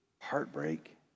heartbreak